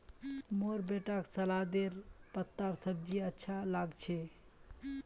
मोर बेटाक सलादेर पत्तार सब्जी अच्छा लाग छ